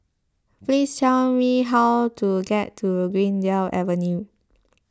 please tell me how to get to Greendale Avenue